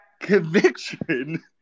conviction